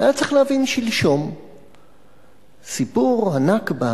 היה צריך להבין שלשום שסיפור הנכבה,